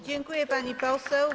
Dziękuję, pani poseł.